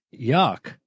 yuck